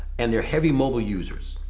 and they're heavy mobile users.